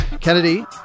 Kennedy